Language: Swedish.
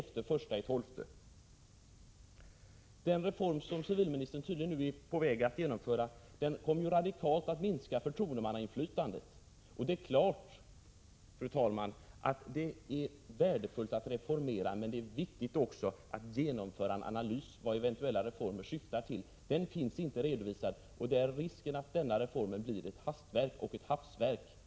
Fru talman! Den reform som civilministern nu tydligen är på väg att genomföra kommer att radikalt minska förtroendemannainflytandet. Det är klart att det är värdefullt att reformera, men det är också viktigt att genomföra en analys av vad eventuella reformer syftar till. Denna finns inte redovisad, och därmed är risken att denna reform blir ett hastverk och ett hafsverk.